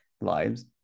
lives